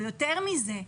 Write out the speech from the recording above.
או יותר מזה,